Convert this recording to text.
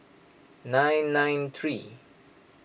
nine nine three